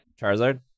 Charizard